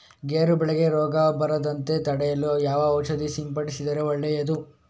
ಗೇರು ಬೆಳೆಗೆ ರೋಗ ಬರದಂತೆ ತಡೆಯಲು ಯಾವ ಔಷಧಿ ಸಿಂಪಡಿಸಿದರೆ ಒಳ್ಳೆಯದು?